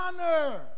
honor